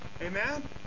Amen